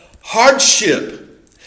hardship